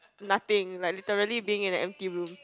nothing like literally being in an empty room